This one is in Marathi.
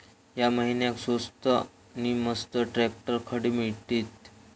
या महिन्याक स्वस्त नी मस्त ट्रॅक्टर खडे मिळतीत?